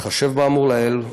בהתחשב באמור לעיל,